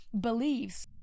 believes